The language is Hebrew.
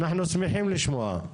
אנחנו שמחים לשמוע.